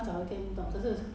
ah same